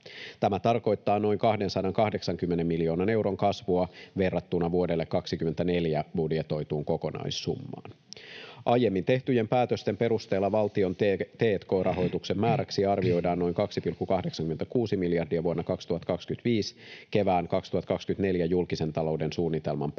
Tämä tarkoittaa noin 280 miljoonan euron kasvua verrattuna vuodelle 2024 budjetoituun kokonaissummaan. Aiemmin tehtyjen päätösten perusteella valtion t&k-rahoituksen määräksi arvioidaan noin 2,86 miljardia vuonna 2025 kevään 2024 julkisen talouden suunnitelman päätökset